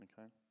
Okay